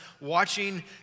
watching